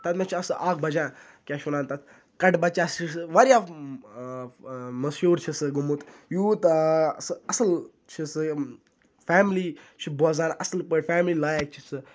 تَمہِ وِز چھُ آسان سُہ اَکھ بَجان کیٛاہ چھِ وَنان تَتھ کَٹہٕ بَچا سُہ چھُ واریاہ مٔشہوٗر چھِ سُہ گوٚمُت یوٗت سُہ اَصٕل چھِ سُہ یِم فیملی چھِ بوزان اَصٕل پٲٹھۍ فیملی لایک چھِ سُہ